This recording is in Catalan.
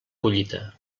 collita